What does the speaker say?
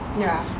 ya